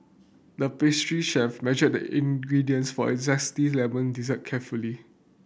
the pastry chef measured the ingredients for a zesty lemon dessert carefully